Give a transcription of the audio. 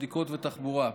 בבדיקות ובתחבורה.